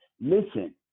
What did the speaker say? listen